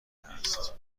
هست